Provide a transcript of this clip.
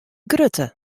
grutte